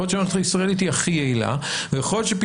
יכול להיות שהמערכת הישראלית היא הכי יעילה,